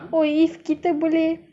oo if kita boleh